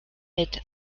mit